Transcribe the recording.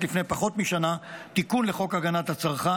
לפני פחות משנה תיקון לחוק הגנת הצרכן,